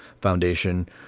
Foundation